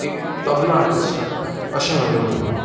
एक तबला आर्टिस्ट हाडटा अशें म्हाजें म्हणणें